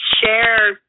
share